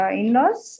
in-laws